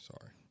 sorry